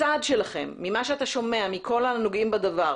הצעד שלכם, ממה שאתה שומע מכל הנוגעים בדבר